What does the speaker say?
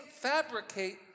fabricate